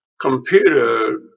computer